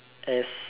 as